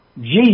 Jesus